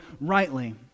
rightly